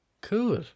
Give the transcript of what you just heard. Cool